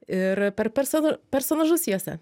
ir per persona personažus jose